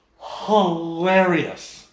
hilarious